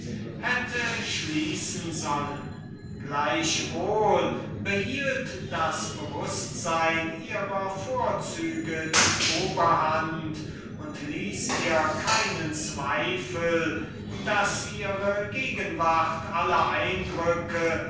hätte schließen sollen indessen behielt doch das bewußtsein ihrer vorzüge die oberhand und ließ ihr keinen zweifel daß es nur ihre gegenwart brauche um alle eindrücke